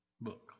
book